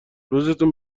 روزتون